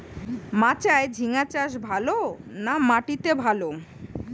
মাচায় ঝিঙ্গা চাষ ভালো না মাটিতে ভালো?